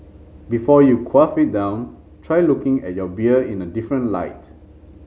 before you quaff it down try looking at your beer in a different light